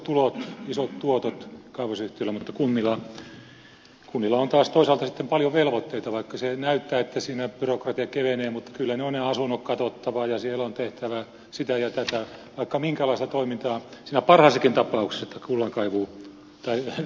siellä on isot tuotot kaivosyhtiöillä mutta kunnilla on taas toisaalta sitten paljon velvoitteita vaikka näyttää että siinä byrokratia kevenee mutta kyllä ne asunnot on katsottava ja siellä on tehtävä sitä ja tätä vaikka minkälaista toimintaa siinä parhaassakin tapauksessa että kullankaivu tai kaivostoiminta alkaa